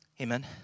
Amen